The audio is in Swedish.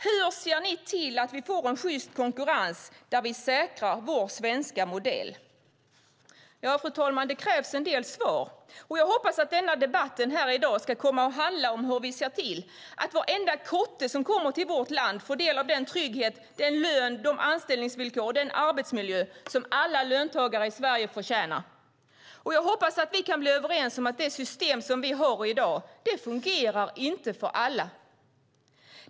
Hur ser ni till att vi får en sjyst konkurrens där vi säkrar vår svenska modell? Fru talman! Det krävs en del svar. Jag hoppas att denna debatt här i dag ska komma att handla om hur vi ser till att varenda kotte som kommer till vårt land får del av den trygghet, den lön, de anställningsvillkor och den arbetsmiljö som alla löntagare i Sverige förtjänar. Och jag hoppas att vi kan bli överens om att det system som vi har i dag inte fungerar för alla.